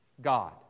God